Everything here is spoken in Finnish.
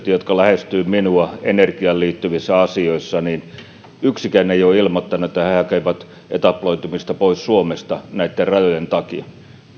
jotka lähestyvät minua energiaan liittyvissä asioissa yksikään ei ole ilmoittanut että he hakevat etabloitumista pois suomesta näitten rajojen takia